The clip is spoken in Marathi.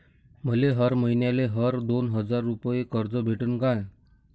मले हर मईन्याले हर दोन हजार रुपये कर्ज भेटन का?